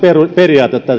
periaatetta